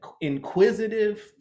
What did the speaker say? inquisitive